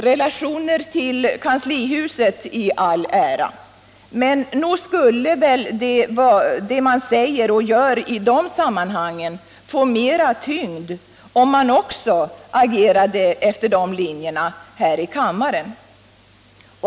Relationer till kanslihuset i all ära, men nog skulle väl det man säger och gör i de sammanhangen få mera tyngd om man också agerade efter dessa linjer här i kammaren.